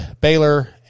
Baylor